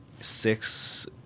six